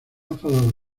enfadado